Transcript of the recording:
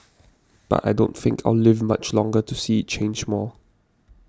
but I don't think I'll live much longer to see it change more